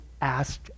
asked